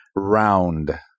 Round